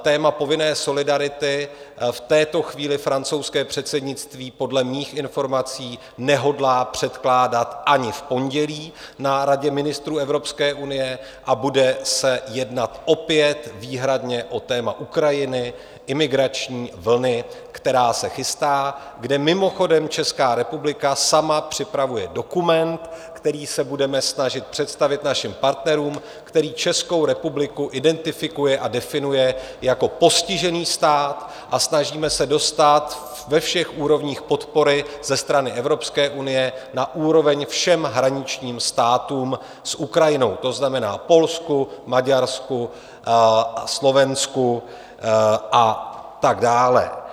Téma povinné solidarity v této chvíli francouzské předsednictví podle mých informací nehodlá předkládat ani v pondělí na Radě ministrů Evropské unie a bude se jednat opět výhradně o téma Ukrajiny, imigrační vlny, která se chystá, kde mimochodem Česká republika sama připravuje dokument, který se budeme snažit představit našim partnerům, který Českou republiku identifikuje a definuje jako postižený stát, a snažíme se dostát ve všech úrovních podpory ze strany Evropské unie na úroveň všem hraničním státům s Ukrajinou, to znamená Polsku, Maďarsku, Slovensku a tak dále.